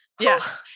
yes